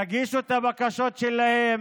יגישו את הבקשות שלהם